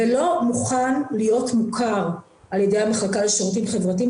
ולא מוכן להיות מוכר על ידי המחלקה לשירותים חברתיים,